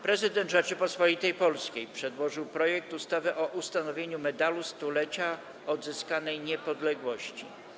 Prezydent Rzeczypospolitej Polskiej przedłożył projekt ustawy o ustanowieniu Medalu Stulecia Odzyskanej Niepodległości.